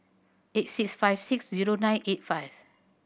three eight five six zero nine eight five